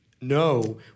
No